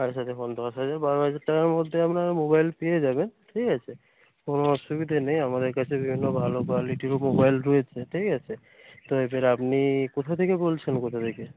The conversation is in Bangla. আচ্ছা দেখুন দশ হাজার বারো হাজার টাকার মধ্যে আপনার মোবাইল পেয়ে যাবেন ঠিক আছে কোনো অসুবিধা নেই আমাদের কাছে বিভিন্ন ভালো কোয়ালিটিরও মোবাইল রয়েছে ঠিক আছে তো এবার আপনি কোথা থেকে বলছেন কোথা থেকে